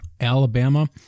Alabama